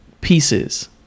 pieces